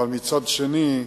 אבל מצד שני,